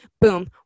boom